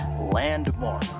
landmark